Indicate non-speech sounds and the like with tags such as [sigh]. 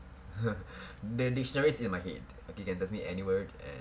[laughs] the dictionary is in my head okay you can ask me any word and